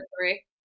three